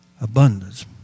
Abundance